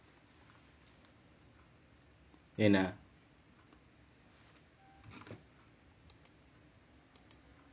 and uh